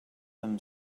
them